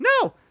No